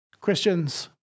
Christians